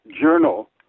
Journal